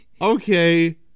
Okay